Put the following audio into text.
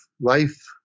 life